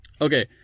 Okay